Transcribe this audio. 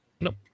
Nope